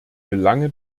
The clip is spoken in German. belange